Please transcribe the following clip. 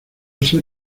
ser